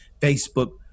Facebook